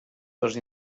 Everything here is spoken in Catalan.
dels